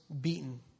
beaten